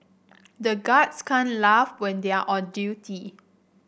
the guards can't laugh when they are on duty